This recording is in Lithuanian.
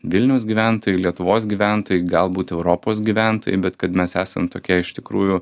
vilniaus gyventojai lietuvos gyventojai galbūt europos gyventojai bet kad mes esam tokie iš tikrųjų